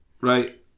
Right